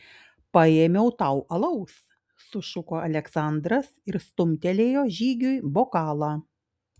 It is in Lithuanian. paėmiau tau alaus sušuko aleksandras ir stumtelėjo žygiui bokalą